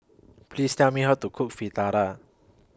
Please Tell Me How to Cook Fritada